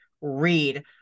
read